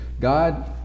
God